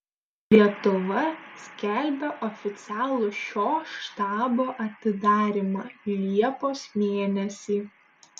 lietuva skelbia oficialų šio štabo atidarymą liepos mėnesį